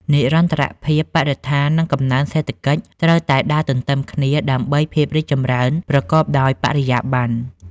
និរន្តរភាពបរិស្ថាន និងកំណើនសេដ្ឋកិច្ច ត្រូវតែដើរទន្ទឹមគ្នាដើម្បីភាពរីកចម្រើនប្រកបដោយបរិយាប័ន្ន។